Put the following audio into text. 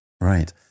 Right